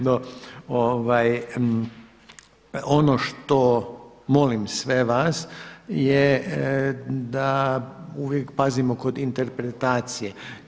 No, ono što molim sve vas je da uvijek pazimo kod interpretacije.